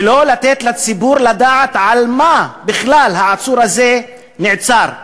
ולא לתת לציבור לדעת על מה בכלל העצור הזה נעצר.